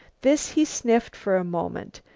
this he sniffed for a moment,